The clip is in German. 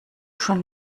schon